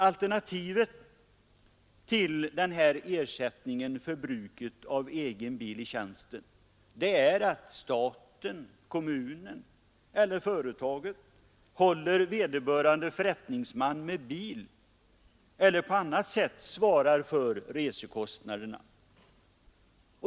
Alternativet är att staten, kommunen eller företaget håller vederbörande förrättningsman med bil eller på annat sätt svarar för resekostnaderna.